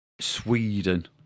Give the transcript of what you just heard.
Sweden